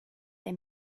they